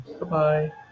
Bye-bye